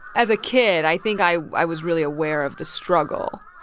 as a kid, i think i i was really aware of the struggle.